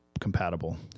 compatible